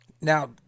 Now